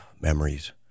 memories